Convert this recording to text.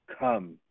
come